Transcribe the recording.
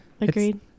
Agreed